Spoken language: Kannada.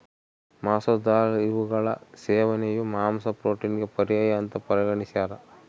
ಮಸೂರ ದಾಲ್ ಇವುಗಳ ಸೇವನೆಯು ಮಾಂಸ ಪ್ರೋಟೀನಿಗೆ ಪರ್ಯಾಯ ಅಂತ ಪರಿಗಣಿಸ್ಯಾರ